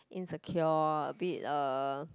insecure a bit uh